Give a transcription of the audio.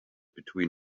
between